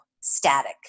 static